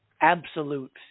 absolute